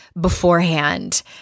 beforehand